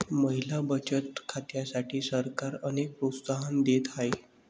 महिला बचत खात्यांसाठी सरकार अनेक प्रोत्साहन देत आहे